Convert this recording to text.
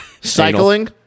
cycling